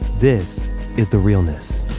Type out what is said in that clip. this is the realness